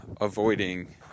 avoiding